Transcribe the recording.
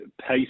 pace